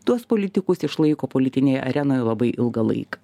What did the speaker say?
tuos politikus išlaiko politinėj arenoj labai ilgą laik